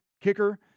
kicker